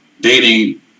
dating